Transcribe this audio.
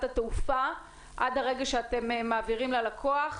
התעופה עד הרגע שאתם מעבירים ללקוח?